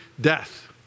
death